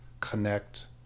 connect